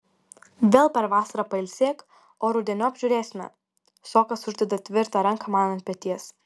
vėl per vasarą pailsėk o rudeniop žiūrėsime sokas uždeda tvirtą ranką man ant peties